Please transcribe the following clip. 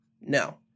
no